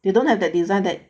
they don't have the design that